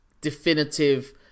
definitive